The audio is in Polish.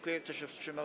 Kto się wstrzymał?